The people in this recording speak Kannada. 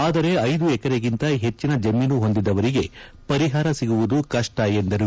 ಆದರೆ ಐದು ಎಕರೆಗಿಂತ ಹೆಚ್ಚಿನ ಜಮೀನು ಹೊಂದಿದವರಿಗೆ ಪರಿಹಾರ ಸಿಗುವುದು ಕಷ್ವ ಎಂದರು